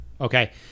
Okay